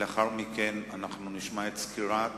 לאחר מכן נשמע את סקירת